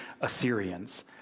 Assyrians